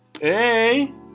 Hey